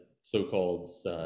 so-called